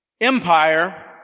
empire